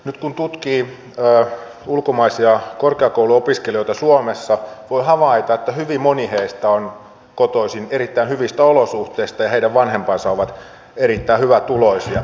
nyt kun tutkii ulkomaisia korkeakouluopiskelijoita suomessa voi havaita että hyvin moni heistä on kotoisin erittäin hyvistä olosuhteista ja heidän vanhempansa ovat erittäin hyvätuloisia